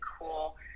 cool